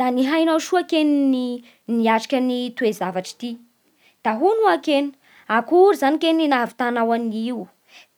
Da nihainao soa kegny niatriky toe-javatsy ty Da hono oa kegny akory zany ny nahavitanao an'io?